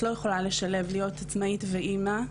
את לא יכולה לשלב, להיות עצמאית ואמא.